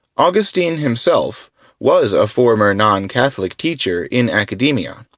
augustine himself was a former non-catholic teacher in academia,